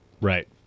Right